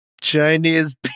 chinese